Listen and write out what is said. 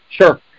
Sure